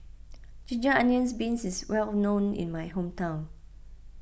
Ginger Onions Beef is well known in my hometown